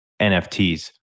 NFTs